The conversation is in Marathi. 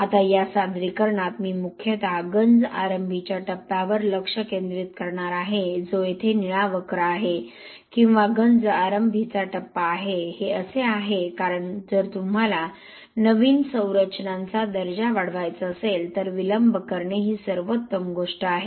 आता या सादरीकरणात मी मुख्यतः गंज आरंभीच्या टप्प्यावर लक्ष केंद्रित करणार आहे जो येथे निळा वक्र आहे किंवा गंज आरंभीचा टप्पा आहे हे असे आहे कारण जर तुम्हाला नवीन संरचनांचा दर्जा वाढवायचा असेल तर विलंब करणे ही सर्वोत्तम गोष्ट आहे